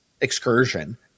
excursion